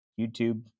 youtube